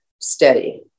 steady